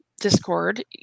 Discord